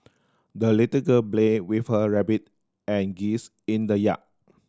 the little girl played with her rabbit and geese in the yard